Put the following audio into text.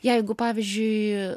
jeigu pavyzdžiui